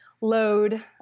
load